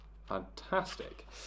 fantastic